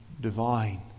divine